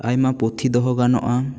ᱟᱭᱢᱟ ᱯᱩᱛᱷᱤ ᱫᱚᱦᱚ ᱜᱟᱱᱚᱜᱼᱟ